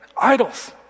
idols